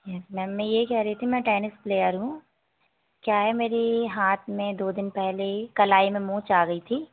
है मैम मैं यह कह रही थी मैं टेनिस प्लेयर हूँ क्या है मेरे हाथ में दो दिन पहले ही कलाई में मोच आ गई थी